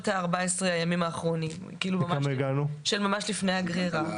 התראה של 14 הימים האחרונים ממש לפני הגרירה.